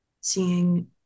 seeing